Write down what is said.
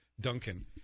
duncan